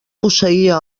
posseïa